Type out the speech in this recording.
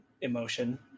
emotion